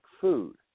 food